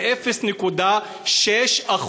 זה 0.6%